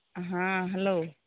ᱦᱮᱸ ᱦᱮᱞᱳ